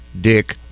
Dick